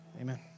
Amen